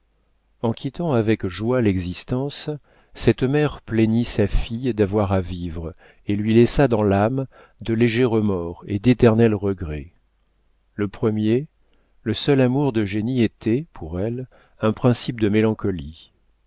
en quittant avec joie l'existence cette mère plaignit sa fille d'avoir à vivre et lui laissa dans l'âme de légers remords et d'éternels regrets le premier le seul amour d'eugénie était pour elle un principe de mélancolie